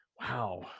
wow